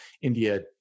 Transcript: India